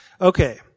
Okay